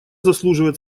заслуживает